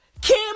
Kim